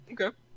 Okay